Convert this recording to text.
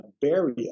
barrier